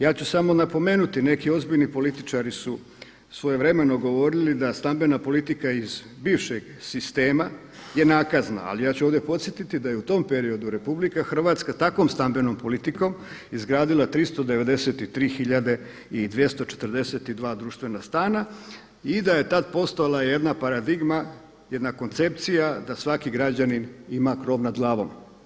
Ja ću samo napomenuti neki ozbiljni političari su svojevremeno govorili da stambena politika iz bivšeg sistema je nakazna, ali ja ću ovdje podsjetiti da je u tom periodu RH takvom stambenom politikom izgradila 393.242 društvena stana i da je tada postojala jedna paradigma, jedna koncepcija da svaki građanin ima krov nad glavom.